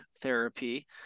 therapy